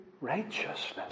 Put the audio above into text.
righteousness